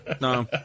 No